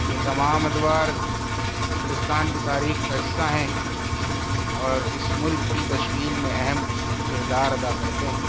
یہ تمام ادوار ہندوستان کی تاریخ کا حصہ ہیں اور اس ملک کی تشکیل میں اہم کردار ادا کرتے ہیں